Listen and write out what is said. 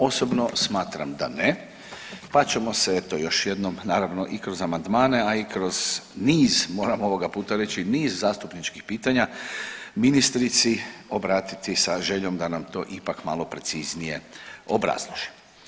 Osobno smatram da ne, pa ćemo se eto još jednom naravno i kroz amandmane, a i kroz niz moram ovoga puta reći, niz zastupničkih pitanja ministrici obratiti sa željom da nam to ipak malo preciznije obrazloži.